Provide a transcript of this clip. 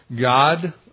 God